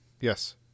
yes